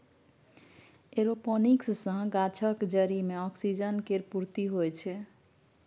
aeroponics सँ गाछक जरि मे ऑक्सीजन केर पूर्ती होइ छै